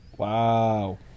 Wow